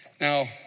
Now